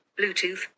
Bluetooth